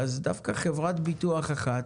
דווקא חברת ביטוח אחת,